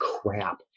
crap